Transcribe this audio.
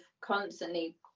constantly